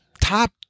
top